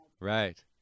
Right